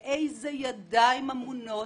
לאיזה ידיים אמונות?